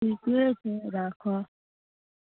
ठिके छै राखऽ